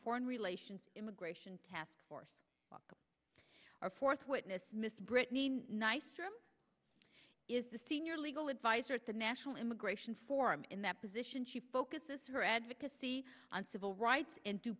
foreign relations immigration task force our fourth witness miss brittany nystrom is the senior legal advisor at the national immigration forum in that position she focuses her advocacy on civil rights and d